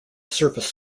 service